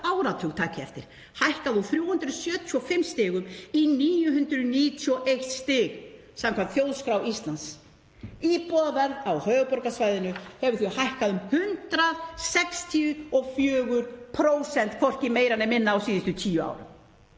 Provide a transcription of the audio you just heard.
áratug, takið eftir, hækkað úr 375 stigum í 991 stig samkvæmt Þjóðskrá Íslands. Íbúðaverð á höfuðborgarsvæðinu hefur því hækkað um 164%, hvorki meira né minna, á síðustu tíu árum.